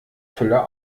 füller